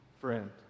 friend